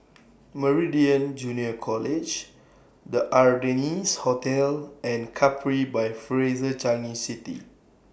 Meridian Junior College The Ardennes Hotel and Capri By Fraser Changi City